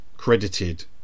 credited